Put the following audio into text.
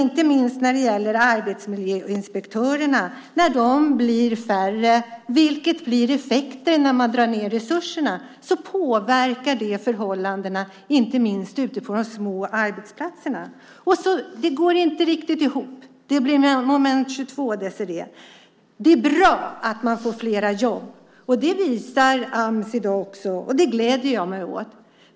När arbetsmiljöinspektörerna blir färre, vilket blir effekten när man drar ned resurserna, påverkar det förhållandena inte minst ute på de små arbetsplatserna. Det här går inte riktigt ihop. Det blir moment 22, Désirée. Det är bra att det blir fler jobb. Det visar Ams i dag, och det gläder jag mig åt.